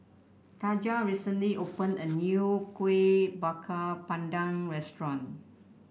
Taja recently opened a new Kuih Bakar Pandan restaurant